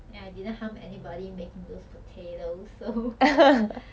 and I didn't harm anybody making those potatoes so